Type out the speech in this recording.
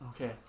Okay